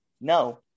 No